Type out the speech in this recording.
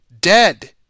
dead